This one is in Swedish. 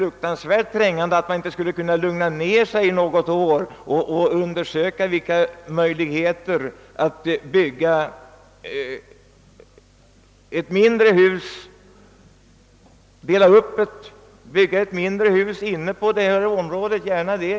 Man borde alltså kunna lugna sig något år och undersöka vilka möjligheter som finns att dela upp lokalerna och att bygga ett mindre hus inne på detta område.